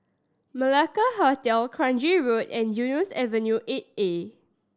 Malacca Hotel Kranji Road and Eunos Avenue Eight A